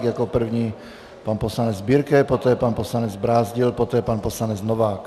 Jako první pan poslanec Birke, poté pan poslanec Brázdil, poté pan poslanec Novák.